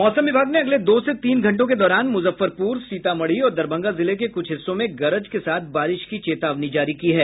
मौसम विभाग ने अगले दो से तीन घंटों के दौरान मुजफ्फरपुर सीतामढ़ी और दरभंगा जिले के कुछ हिस्सों में गरज के साथ बारिश की चेतावनी जारी की है